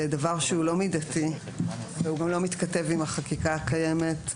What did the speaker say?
זה דבר שהוא לא מידתי והוא גם לא מתכתב עם החקיקה הקיימת,